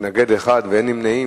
מתנגד אחד ואין נמנעים.